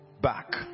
back